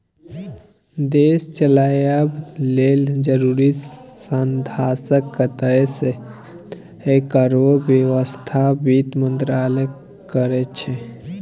देश चलाबय लेल जरुरी साधंश कतय सँ एतय तकरो बेबस्था बित्त मंत्रालय करै छै